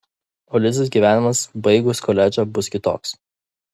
o lizos gyvenimas baigus koledžą bus kitoks